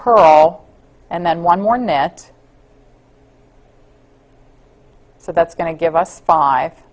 pearl and then one more net so that's going to give us five